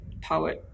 powered